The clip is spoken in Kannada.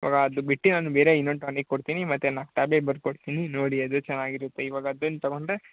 ಇವಾಗ ಅ ಬಿಟ್ಟು ನಾನು ಬೇರೆ ಇನ್ನೊಂದು ಟಾನಿಕ್ ಕೊಡ್ತೀನಿ ಮತ್ತು ನಾಲ್ಕು ಟ್ಯಾಬ್ಲೆಟ್ ಬರ್ದು ಕೊಡ್ತೀನಿ ನೋಡಿ ಅದು ಚೆನ್ನಾಗಿರತ್ತೆ ಇವಾಗ ಅದನ್ನ ತೊಗೊಂಡ್ರೆ